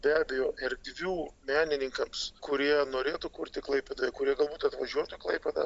be abejo erdvių menininkams kurie norėtų kurti klaipėdoje kurie galbūt atvažiuotų į klaipėdą